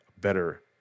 better